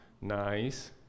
Nice